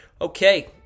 Okay